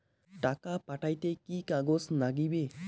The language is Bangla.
টাকা পাঠাইতে কি কাগজ নাগীবে?